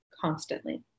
constantly